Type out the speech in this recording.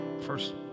first